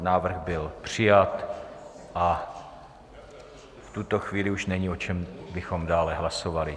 Návrh byl přijat a v tuto chvíli už není, o čem bychom dále hlasovali.